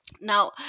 Now